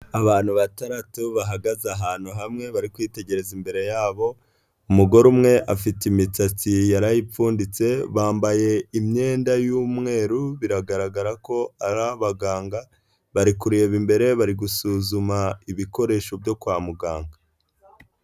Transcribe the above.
Abantu batato bahagaze ahantu hamwe bari kwitegereza imbere yabo umugore umwe afite imisatsi yarayipfunditse, bambaye imyenda y'umweru biragaragara ko ari abaganga bari kureba imbere bari gusuzuma ibikoresho byo kwa muganga.